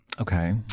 Okay